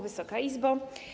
Wysoka Izbo!